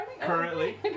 Currently